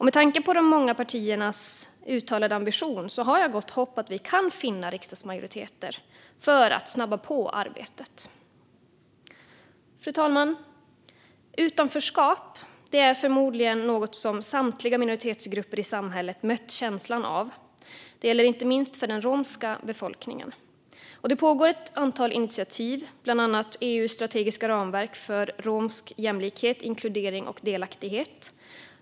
Med tanke på de många partiernas uttalade ambition har jag gott hopp om att vi kan finna riksdagsmajoriteter för att snabba på arbetet. Fru talman! Känslan av utanförskap är förmodligen något som samtliga minoritetsgrupper i samhället har mött. Det gäller inte minst för den romska befolkningen. Det pågår ett antal initiativ, bland annat EU:s strategiska ramverk för romsk jämlikhet, inkludering och delaktighet.